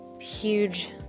huge